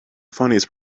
funniest